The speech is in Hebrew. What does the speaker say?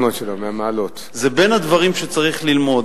שצריך ללמוד.